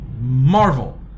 Marvel